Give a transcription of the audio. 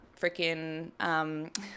freaking